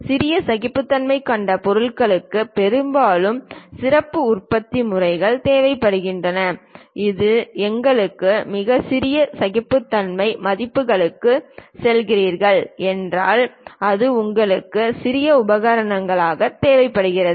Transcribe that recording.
சிறிய சகிப்புத்தன்மை கொண்ட பகுதிகளுக்கு பெரும்பாலும் சிறப்பு உற்பத்தி முறைகள் தேவைப்படுகின்றன இது எங்களுக்கு மிகச் சிறிய சகிப்புத்தன்மை மதிப்புகளுக்குச் செல்கிறீர்கள் என்றால் அது எங்களுக்கு சிறப்பு உபகரணங்கள் தேவைப்படுகிறது